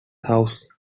house